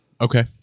Okay